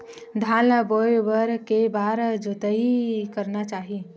धान ल बोए बर के बार जोताई करना चाही?